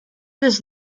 this